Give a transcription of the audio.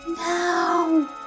No